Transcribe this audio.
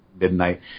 midnight